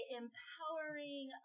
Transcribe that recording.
empowering